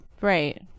Right